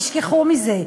תשכחו מזה,